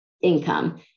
income